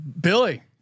Billy